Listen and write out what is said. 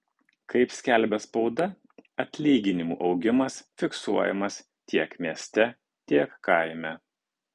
kaip skelbia spauda atlyginimų augimas fiksuojamas tiek mieste tiek kaime